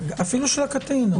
אפילו של הקטין.